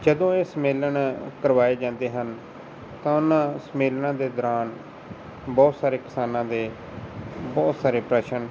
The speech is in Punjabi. ਜਦੋਂ ਇਹ ਸੰਮੇਲਨ ਕਰਵਾਏ ਜਾਂਦੇ ਹਨ ਤਾਂ ਉਹਨਾਂ ਸੰਮੇਲਨਾਂ ਦੇ ਦੌਰਾਨ ਬਹੁਤ ਸਾਰੇ ਕਿਸਾਨਾਂ ਦੇ ਬਹੁਤ ਸਾਰੇ ਪ੍ਰਸ਼ਨ